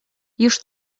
już